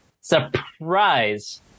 surprise